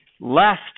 left